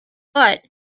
but